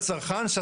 חצי שנה